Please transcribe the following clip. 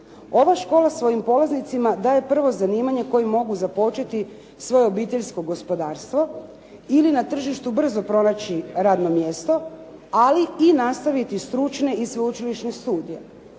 Ova škola svojim polaznicima daje prvo zanimanje kojim mogu započeti svoje obiteljsko gospodarstvo ili na tržištu brzo pronaći radno mjesto, ali i nastaviti stručne i sveučilišne studije.